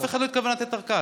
אף אחד לא התכוון לתת ארכה.